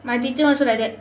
my teacher also like that